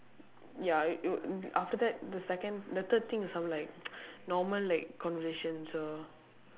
ya you you after that the second the third thing is some like normal like conversation so